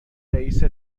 رئیست